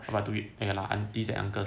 aunties and uncles